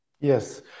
Yes